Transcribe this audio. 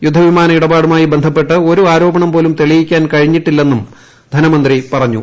യുദ്ധവിമാന ഇട പാടുമായി ബന്ധപ്പെട്ട് ഒരു ആരോപണംപോലും തെളിയിക്കാൻ കഴിഞ്ഞിട്ടില്ലെന്നും ധനമന്ത്രി പറഞ്ഞു